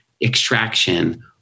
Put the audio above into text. extraction